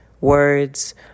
Words